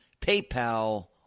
PayPal